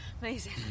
Amazing